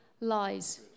lies